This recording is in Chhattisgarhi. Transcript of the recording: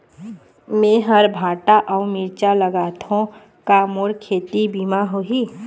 मेहर भांटा अऊ मिरचा लगाथो का मोर खेती के बीमा होही?